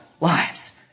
lives